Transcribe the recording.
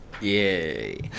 yay